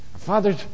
Father's